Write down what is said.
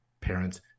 parents